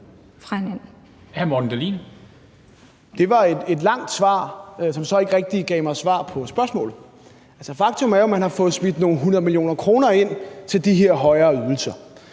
Det var et langt svar, som så ikke rigtig gav mig svar på spørgsmålet. Altså, faktum er jo, at man har fået smidt 100 mio. kr. ind til de her højere ydelser.